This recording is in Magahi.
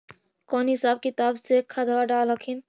कौन हिसाब किताब से खदबा डाल हखिन?